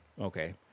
Okay